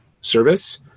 service